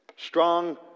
Strong